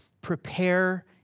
Prepare